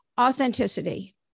authenticity